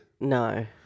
No